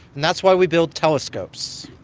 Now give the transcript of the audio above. and that's why we built telescopes.